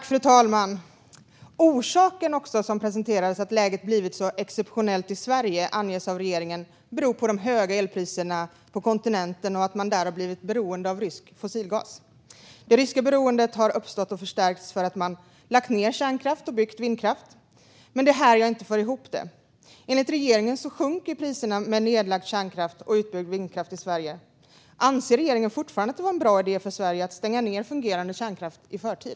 Fru talman! Orsaken som har presenterats av regeringen till att läget har blivit så exceptionellt i Sverige är de höga elpriserna på kontinenten och att man där har blivit beroende av rysk fossilgas. Det ryska beroendet har uppstått och förstärkts av att man har lagt ned kärnkraft och byggt vindkraft. Det är här jag inte får ihop det. Enligt regeringen sjunker priserna med nedlagd kärnkraft och utbyggd vindkraft i Sverige. Anser regeringen fortfarande att det var en bra idé för Sverige att stänga ned fungerande kärnkraft i förtid?